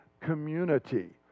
community